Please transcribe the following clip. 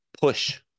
push